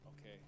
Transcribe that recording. okay